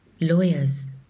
lawyers